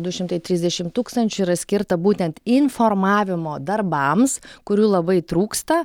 du šimtai trisdešimt tūkstančių yra skirta būtent informavimo darbams kurių labai trūksta